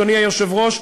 אדוני היושב-ראש,